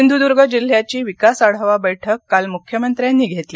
सिंधुद्ग जिल्ह्याची विकास आढावा बैठक काल मुख्यमंत्र्यांनी घेतली